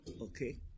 Okay